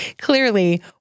clearly